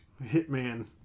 hitman